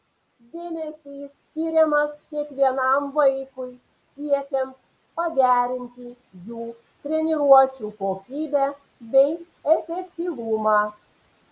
dėmesys skiriamas kiekvienam vaikui siekiant pagerinti jų treniruočių kokybę bei efektyvumą